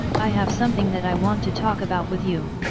i have something that i want to talk about with you.